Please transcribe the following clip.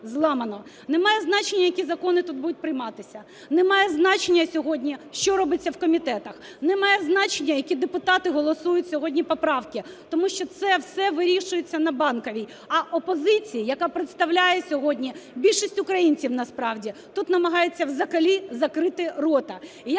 зламано. Немає значення, які закони тут будуть прийматися, немає значення сьогодні, що робиться в комітетах, немає значення, які депутати голосують сьогодні поправки, тому що це все вирішується на Банковій. А опозиції, яка представляє сьогодні більшість українців насправді, тут намагаються взагалі закрити рота.